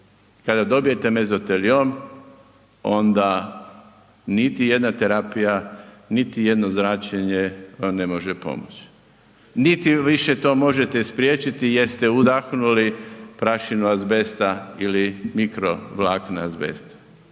Kada dobijete mezoteliom onda niti jedna terapija, niti jedno zračenje vam ne može pomoći, niti više to možete spriječiti jer ste udahnuli prašinu azbesta ili mikro vlakna azbesta.